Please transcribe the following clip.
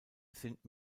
sind